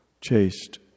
chaste